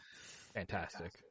Fantastic